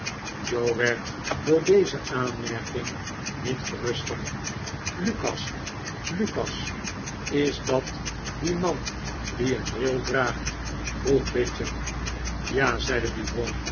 joe werd door deze aanmerking niet geruster lukas lukas is dat die man die een bril draagt vroeg bicher ja zeide dubois